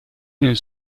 nel